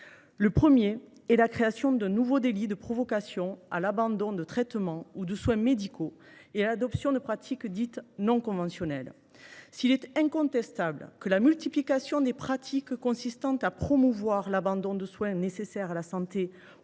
Le premier est la création d’un nouveau délit de provocation à l’abandon de traitement ou de soins médicaux et à l’adoption de pratiques non conventionnelles. S’il est incontestable que la multiplication des pratiques consistant à promouvoir l’abandon de soins nécessaires à la santé